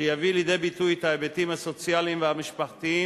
שיביא לידי ביטוי את ההיבטים הסוציאליים והמשפחתיים